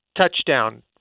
touchdown